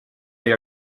they